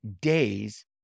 days